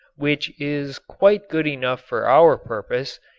which is quite good enough for our purpose,